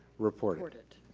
report it.